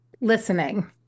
listening